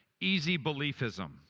easy-beliefism